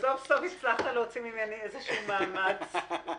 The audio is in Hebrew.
סוף-סוף הצלחת להוציא ממני איזשהו מאמץ ...